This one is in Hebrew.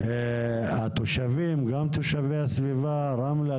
התושבים גם תושבי הסביבה רמלה,